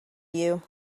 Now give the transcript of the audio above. you